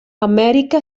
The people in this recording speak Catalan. amèrica